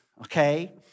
okay